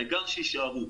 העיקר שיישארו.